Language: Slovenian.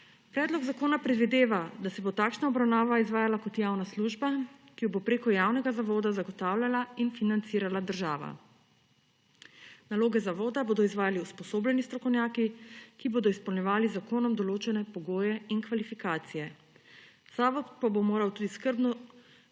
Predlog zakona predvideva, da se bo takšna obravnava izvajala kot javna služba, ki jo bo prek javnega zavoda zagotavljala in financirala država. Naloge zavoda bodo izvajali usposobljeni strokovnjaki, ki bodo izpolnjevali z zakonom določene pogoje in kvalifikacije, zavod pa bo moral tudi skrbno